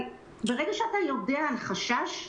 ברגע שאתה יודע על חשש,